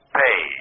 pay